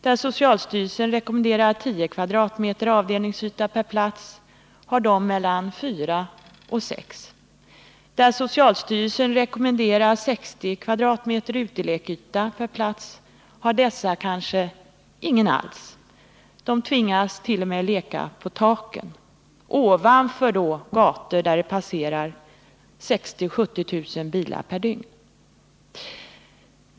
Där socialstyrelsen rekommenderar 10 m? avdelningsyta per plats har de mellan 4 och 6. Där socialstyrelsen rekommenderar 60 m? utelekyta per plats har de kanske ingen alls — de tvingas t.o.m. att leka på taken ovanför gator där det passerar 60 000-70 000 bilar per dygn.